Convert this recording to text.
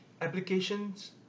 Applications